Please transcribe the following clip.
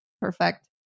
perfect